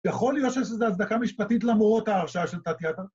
‫יכול להיות שיש לזה הצדקה משפטית ‫למרות ההרשעה של